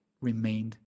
remained